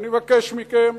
זה חוק פרטי,